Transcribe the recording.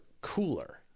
cooler